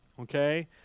okay